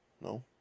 No